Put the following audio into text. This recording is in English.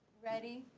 ready.